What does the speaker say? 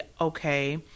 okay